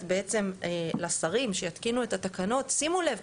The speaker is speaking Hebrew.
בעצם לשרים שיתקינו את התקנות שימו לב,